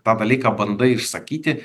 tą dalyką bandai išsakyti